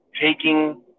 taking